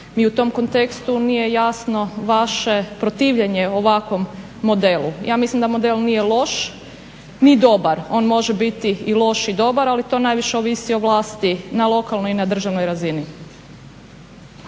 mi u tom kontekstu nije jasno vaše protivljenje ovakvom modelu. Ja mislim da model nije loš ni dobar. On može biti i loš i dobar, ali to najviše ovisi o vlasti na lokalnoj i na državnoj razini.